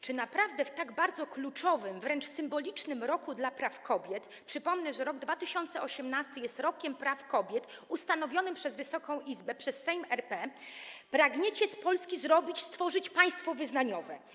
Czy naprawdę w tak bardzo kluczowym, wręcz symbolicznym dla praw kobiet roku - przypomnę, że rok 2018 jest Rokiem Praw Kobiet ustanowionym przez Wysoką Izbę, przez Sejm RP - pragniecie z Polski zrobić państwo wyznaniowe?